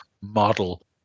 model